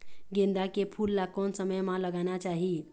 गेंदा के फूल ला कोन समय मा लगाना चाही?